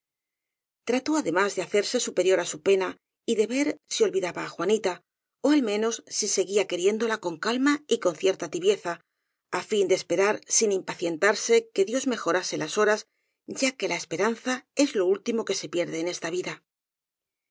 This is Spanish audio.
trató además de hacerse superior á su pena y de ver si olvidaba á juanita ó al menos si seguía queriéndola con calma y con cierta tibieza á fin de esperar sin impacientarse que dios mejorase las horas ya que la esperanza es lo último que se pierde en esta vida